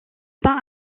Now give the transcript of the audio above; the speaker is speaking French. pain